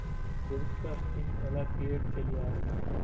Debit card pin ఎలా create చెయ్యాలి?